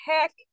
heck